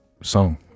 song